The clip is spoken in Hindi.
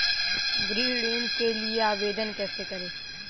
गृह ऋण के लिए आवेदन कैसे करें?